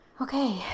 Okay